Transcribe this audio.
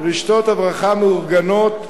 רשתות הברחה מאורגנות,